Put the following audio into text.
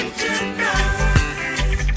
tonight